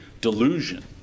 delusion